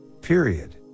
Period